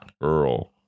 Earl